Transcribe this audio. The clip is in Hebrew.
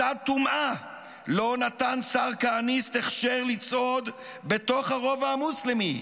מצעד טומאה ששר כהניסט נתן לו הכשר לצעוד בתוך הרובע המוסלמי,